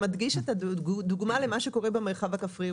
אלא דיון שמדגיש את מה שקורה במרחב הכפרי.